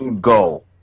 Go